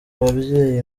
babyeyi